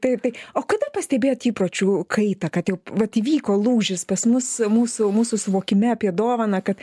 taip tai o kada pastebėjot įpročių kaitą kad jau vat įvyko lūžis pas mus mūsų mūsų suvokime apie dovaną kad